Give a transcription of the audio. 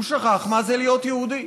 הוא שכח מה זה להיות יהודי.